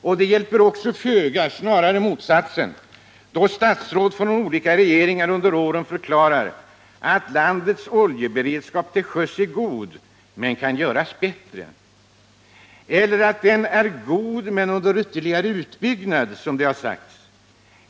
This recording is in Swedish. Likaså hjälper det föga och är snarare till nackdel, då statsråd från olika regeringar under åren förklarar att landets oljeberedskap till sjöss är god men kan göras bättre, eller att den är god men under ytterligare utbyggnad, som det har sagts.